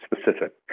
specific